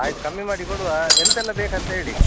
ಆಯ್ತು ಕಮ್ಮಿ ಮಾಡಿ ಕೊಡುವ ಎಂತೆಲ್ಲ ಬೇಕು ಅಂತ ಹೇಳಿ